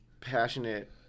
passionate